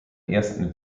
ersten